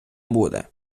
буде